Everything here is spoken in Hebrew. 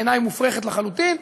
בעיני מופרכת לחלוטין.